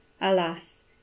alas